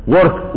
Work